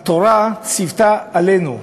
התורה ציוותה עלינו,